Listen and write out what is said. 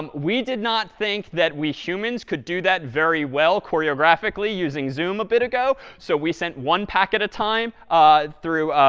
um we did not think that we humans could do that very well choreographically using zoom a bit ago, so we sent one packet a time through